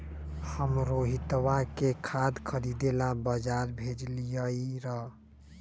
हम रोहितवा के खाद खरीदे ला बजार भेजलीअई र